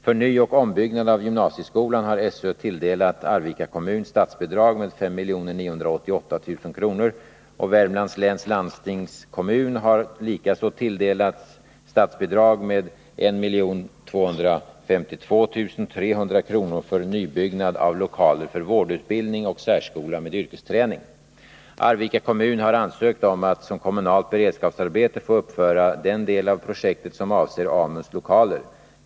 För nyoch ombyggnad av gymnasieskolan har SÖ tilldelat Arvika kommun statsbidrag md 5 988 000 kr. och Värmlands läns landstingskommun har likaså tilldelats statsbidrag med 1252 300 kr. för nybyggnad av lokaler för vårdutbildning och särskola med yrkesträning. Arvika kommun har ansökt om att som kommunalt beredskapsarbete få uppföra den del av projektet som avser AMU:s lokaler.